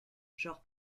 genre